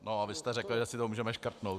A vy jste řekl, že si to můžeme škrtnout.